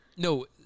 No